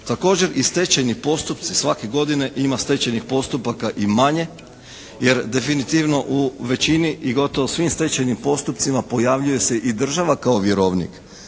Također i stečajni postupci svake godine, svake godine ima stečajnih postupaka i manje jer definitivno u većini i gotovo svim stečajnim postupcima pojavljuje se i država kao vjerovnik.